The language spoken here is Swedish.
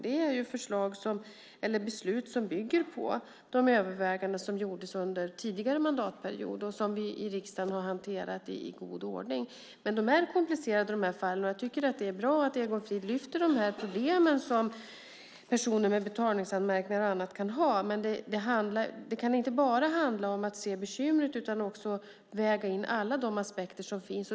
Det är ett beslut som bygger på de överväganden som gjordes under tidigare mandatperiod och som riksdagen har hanterat i god ordning. De här fallen är komplicerade. Det är bra att Egon Frid lyfter fram problemen som personer med betalningsanmärkningar och annat kan ha. Men det kan inte bara handla om att se bekymret. Man måste också väga in alla de aspekter som finns.